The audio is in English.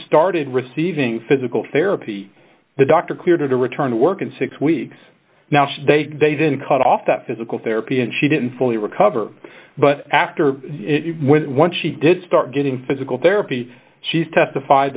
started receiving physical therapy the doctor cleared to return to work in six weeks now so they they then cut off that physical therapy and she didn't fully recover but after she did start getting physical therapy she testified